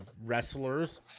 wrestlers